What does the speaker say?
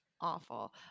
awful